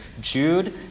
Jude